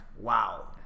wow